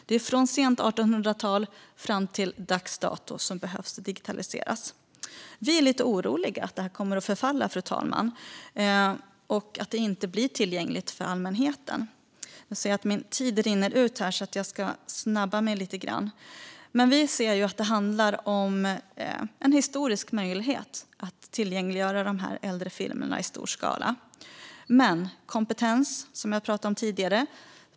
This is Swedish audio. Det är filmer från sent 1800-tal fram till dags dato som behöver digitaliseras. Fru talman! Vi är lite oroliga över att filmerna kommer att förfalla och inte blir tillgängliga för allmänheten. Enligt oss finns en historisk möjlighet i att tillgängliggöra de äldre filmerna i stor skala. Men som jag talat om tidigare handlar det om kompetens.